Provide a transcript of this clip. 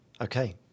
Okay